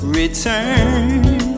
return